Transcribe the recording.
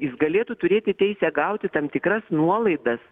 jis galėtų turėti teisę gauti tam tikras nuolaidas